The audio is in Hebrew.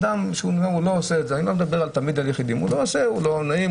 אדם לא מרגיש נעים,